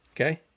Okay